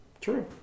True